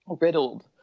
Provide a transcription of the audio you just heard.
riddled